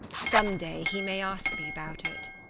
some day he may ask me about it.